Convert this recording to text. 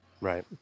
Right